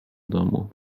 domu